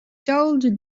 told